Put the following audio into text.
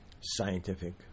scientific